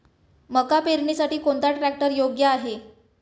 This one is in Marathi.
मका पेरणीसाठी कोणता ट्रॅक्टर योग्य आहे?